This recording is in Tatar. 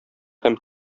һәм